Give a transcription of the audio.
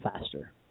faster